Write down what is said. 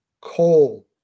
coal